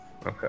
Okay